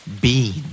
Bean